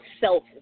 self